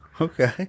Okay